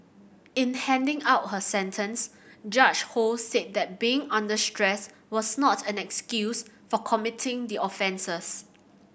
in handing out her sentence Judge Ho said that being under stress was not an excuse for committing the offences